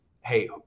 hey